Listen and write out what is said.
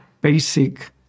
basic